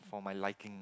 for my liking